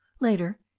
Later